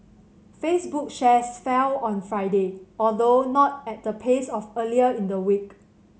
Facebook shares fell on Friday although not at the pace of earlier in the week